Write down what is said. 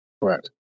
Correct